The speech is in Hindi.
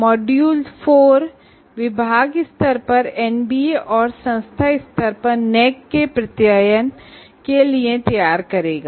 मॉड्यूल 4 विभाग स्तर पर एनबीए और संस्था स्तर पर नैक के एक्रेडिटेशन लिए तैयार करेगा